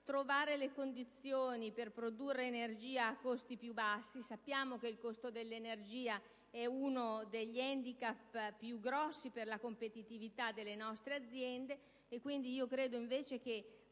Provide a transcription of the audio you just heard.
trovare le condizioni per produrre energia a costi più bassi. Sappiamo che il costo dell'energia è uno degli handicap più grossi per la competitività delle nostre aziende; credo quindi che